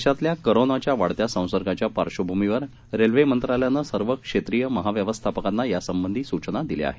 देशातल्या करोनाच्या वाढत्या संसर्गाच्या पार्श्वभूमीवर रेल्वे मंत्रालयानं सर्व क्षेत्रीय महाव्यवस्थापकांना या संबंधी सूचना दिल्या आहेत